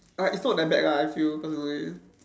uh it's not that bad lah I feel personally